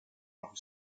propri